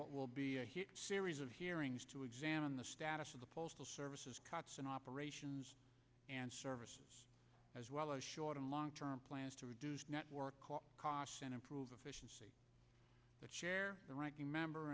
what will be series of hearings to examine the status of the postal services cuts in operations and services as well as short and long term plans to reduce network costs and improve efficiency but the ranking member